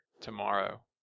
tomorrow